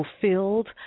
fulfilled